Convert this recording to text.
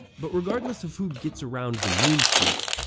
but regardless of who gets around the moon first,